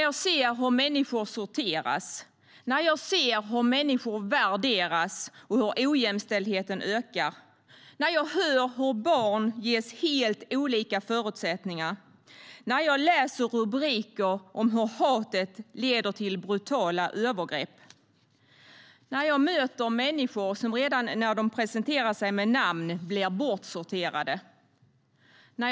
Jag ser hur människor sorteras, hur människor värderas och hur ojämställdheten ökar. Jag hör hur barn ges helt olika förutsättningar. Jag läser rubriker om hur hatet leder till brutala övergrepp. Jag möter människor som blir bortsorterade redan när de presenterar sig med namn.